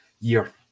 year